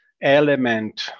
element